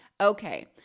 Okay